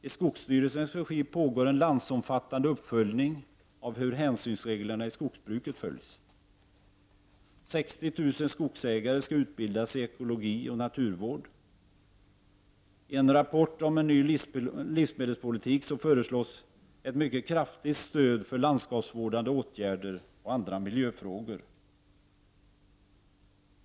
I skogsstyrelsens regi pågår en landsomfattande uppföljning av hur hänsynsreglerna i skogsbruket följs. 60 000 skogsägare skall utbildas i ekologi och naturvård. I en rapport om en ny livsmedelspolitik föreslås ett mycket kraftigt stöd för landskapsvårdande åtgärder och andra miljöfrågor.